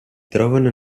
trovano